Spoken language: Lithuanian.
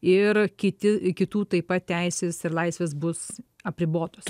ir kiti kitų taip pat teisės ir laisvės bus apribotos